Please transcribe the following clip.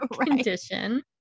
condition